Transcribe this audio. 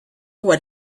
what